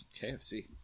KFC